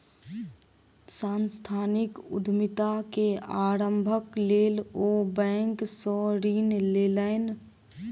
सांस्थानिक उद्यमिता के आरम्भक लेल ओ बैंक सॅ ऋण लेलैन